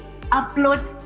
upload